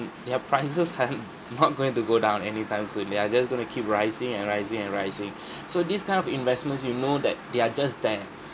their prices are not going to go down anytime soon they are just going to keep rising and rising and rising so this kind of investments you know that they are just there